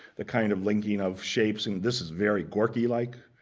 the kind of linking of shapes, and this is very gorky-like.